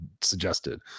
suggested